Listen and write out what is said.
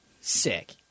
sick